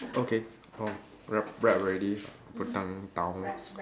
okay oh wrap wrap already putting down